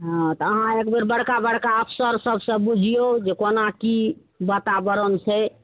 हँ तऽ अहाँ एकबेर बड़का बड़का अफसर सबसँ बुझियौ जे कोना की वातावरण छै